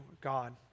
God